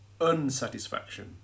unsatisfaction